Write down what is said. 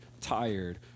tired